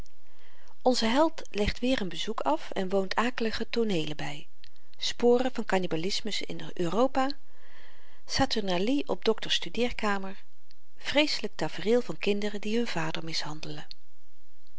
onze held legt weer n bezoek af en woont akelige tooneelen by sporen van kannibalismus in europa saturnalie op dokters studeerkamer vreeselyk tafreel van kinderen die hun vader mishandelen